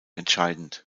entscheidend